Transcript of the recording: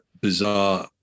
bizarre